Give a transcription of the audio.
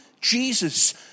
Jesus